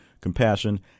compassion